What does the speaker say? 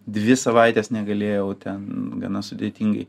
dvi savaites negalėjau ten gana sudėtingai